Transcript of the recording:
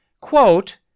Quote